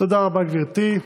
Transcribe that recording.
תודה רבה, גברתי.